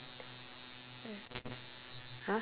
!huh!